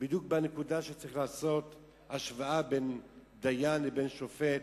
בדיוק בנקודה שצריך לעשות השוואה בין דיין לבין שופט.